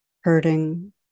hurting